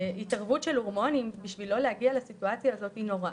התערבות של הורמונים בשביל לא להגיע לסיטואציה הזאת היא נוראה.